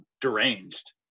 deranged